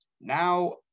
Now